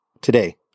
today